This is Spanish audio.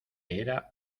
era